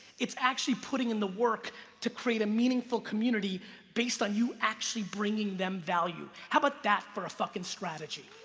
it's actually putting in the work to create a meaningful community based on you actually bringing them value. how about that for a fucking strategy?